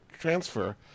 transfer